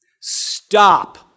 Stop